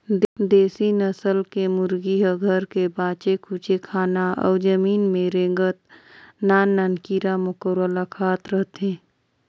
देसी नसल के मुरगी ह घर के बाचे खुचे खाना अउ जमीन में रेंगत नान नान कीरा मकोरा ल खात रहथे